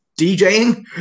DJing